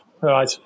right